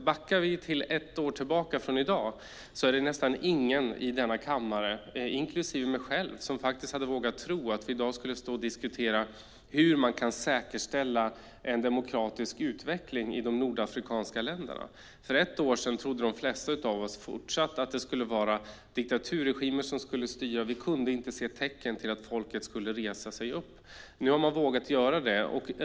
För ett år sedan var det nästan ingen i denna kammare, inklusive jag själv, som faktiskt hade vågat tro att vi i dag skulle stå och diskutera hur man kan säkerställa en demokratisk utveckling i de nordafrikanska länderna. För ett år sedan trodde de flesta av oss att det fortsatt skulle vara diktaturregimer som skulle styra. Vi kunde inte se tecken på att folket skulle resa sig. Nu har man vågat göra det.